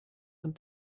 and